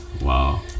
Wow